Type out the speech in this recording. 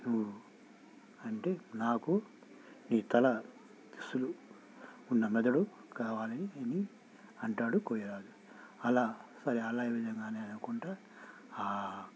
అంటే నాకు నీ తల సులు ఉన్న మెదడు కావాలని అని అంటాడు కోయరాజు అలా సరే అలా విధంగానే అనుకుంటా